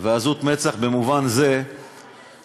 ועזות מצח במובן זה שא.